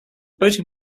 boating